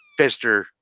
fister